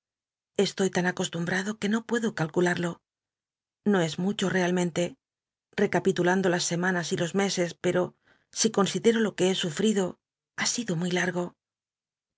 estoy tan acostumbrado jue no puedo catculal'lo no es mucho ealmenle recapitulando las semanas y los meses pero si consideo lo cjue he sufrido ha sido muy largo